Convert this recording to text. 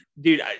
dude